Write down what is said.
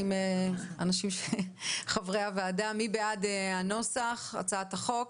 מי בעד הצעת החוק?